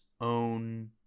own